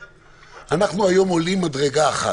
אנחנו היום עולים מדרגה אחת,